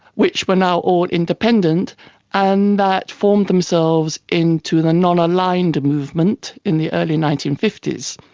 which were now all independent and that formed themselves into the non-aligned movement in the early nineteen fifty s.